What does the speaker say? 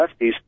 lefties